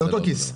אותו כיס.